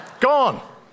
gone